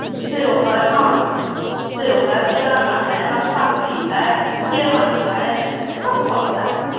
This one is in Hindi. सेब हैं हाँ सेब है बेदाना नाशपाती है केला है सब फल है